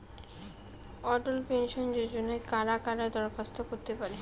অটল pension যোজনায় কারা কারা দরখাস্ত করতে পারে?